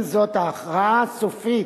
עם זאת, ההכרעה הסופית